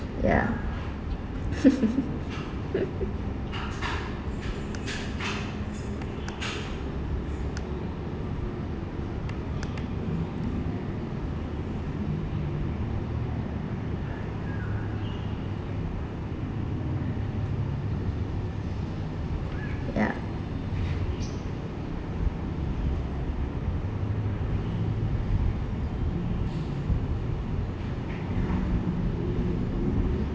ya ya